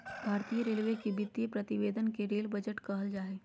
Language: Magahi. भारतीय रेलवे के वित्तीय प्रतिवेदन के रेल बजट कहल जा हइ